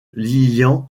lillian